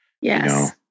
Yes